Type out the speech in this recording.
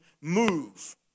move